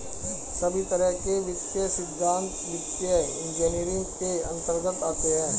सभी तरह के वित्तीय सिद्धान्त वित्तीय इन्जीनियरिंग के अन्तर्गत आते हैं